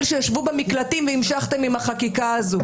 שישבו במקלטים והמשכתם עם החקיקה הזאת.